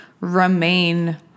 remain